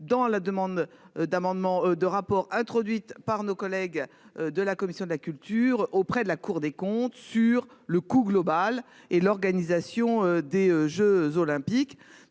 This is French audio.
dans la demande d'amendement de rapport introduite par nos collègues de la commission de la culture auprès de la Cour des comptes sur le coût global et l'organisation des Jeux olympiques.